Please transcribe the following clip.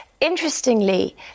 Interestingly